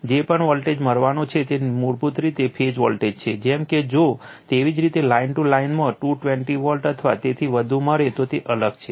જે પણ વોલ્ટેજ મળવાનો છે તે મૂળભૂત રીતે ફેઝ વોલ્ટેજ છે જેમ કે જો તેવી જ રીતે લાઇન ટુ લાઇનમાં 220 વોલ્ટ અથવા તેથી વધુ મળે તો તે અલગ છે